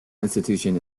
institution